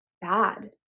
bad